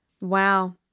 Wow